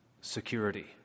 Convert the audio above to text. security